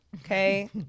okay